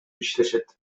иштешет